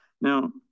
Now